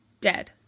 Dead